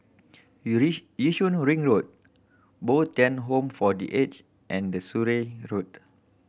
Yishun Ring Road Bo Tien Home for The Aged and the Surrey Road